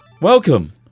Welcome